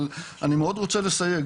אבל אני מאוד רוצה לסייג,